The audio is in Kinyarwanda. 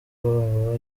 aba